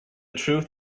truth